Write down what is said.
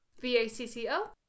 V-A-C-C-O